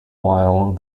while